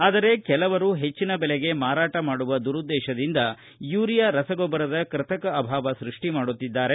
ಆದರೆ ಕೆಲವರು ಹೆಚ್ಚಿನ ಬೆಲೆಗೆ ಮಾರಾಟ ಮಾಡುವ ದುರುದ್ದೇಶದಿಂದ ಯುರಿಯಾ ರಸಗೊಬ್ಬರದ ಕೃತಕ ಅಭಾವ ಸೃಷ್ಟಿ ಮಾಡುತ್ತಿದ್ದಾರೆ